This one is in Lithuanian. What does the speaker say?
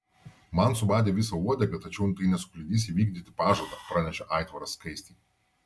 man subadė visą uodegą tačiau tai nesukliudys įvykdyti pažadą pranešė aitvaras skaistei